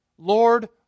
Lord